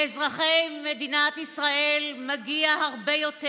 לאזרחי מדינת ישראל מגיע הרבה יותר.